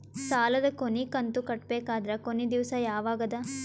ಸಾಲದ ಕೊನಿ ಕಂತು ಕಟ್ಟಬೇಕಾದರ ಕೊನಿ ದಿವಸ ಯಾವಗದ?